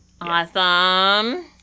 Awesome